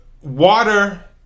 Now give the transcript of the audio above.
Water